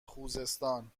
خوزستان